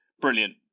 brilliant